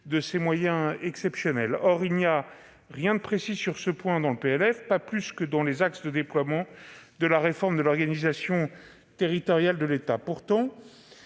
de ces moyens exceptionnels. Or il n'y a rien de précis sur ce point dans le PLF, pas plus que dans les axes de déploiement de la réforme de l'organisation territoriale de l'État.